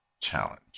Challenge